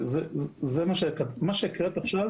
מה שהקראת עכשיו